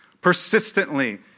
persistently